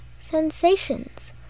sensations